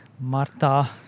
Marta